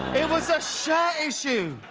it was a shirt issue.